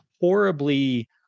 horribly